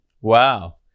wow